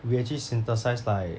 we actually synthesise like